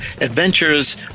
Adventures